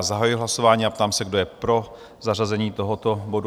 Zahajuji hlasování a ptám se, kdo je pro zařazení tohoto bodu?